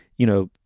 you know,